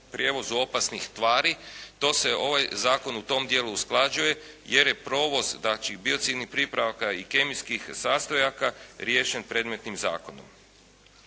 prijevozu opasnih tvari, to se ovaj zakon u tom dijelu usklađuje jer je provoz znači biocidnih pripravaka i kemijskih sastojaka riješen predmetnim zakonom.